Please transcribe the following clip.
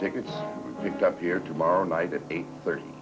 tickets booked up here tomorrow night at eight thirty